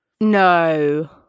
no